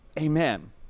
Amen